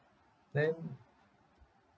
then